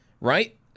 right